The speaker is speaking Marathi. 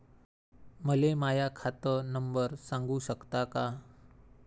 मले माह्या खात नंबर सांगु सकता का?